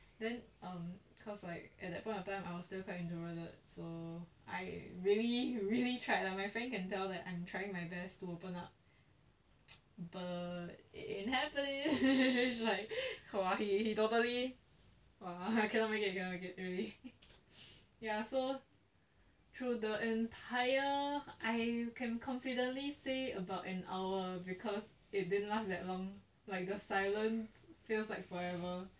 um cause like at that point of time I was still quite introverted so I really really tried lah my friend can tell that I'm trying my best to open up but it happened like !wah! he totally !wah! I cannot make it cannot make it really ya so through the entire I can confidently say about an hour because it didn't last that long because the silent feels forever